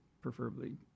preferably